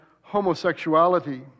homosexuality